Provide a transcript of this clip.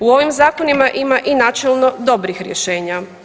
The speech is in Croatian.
U ovim zakonima ima i načelno dobrih rješenja.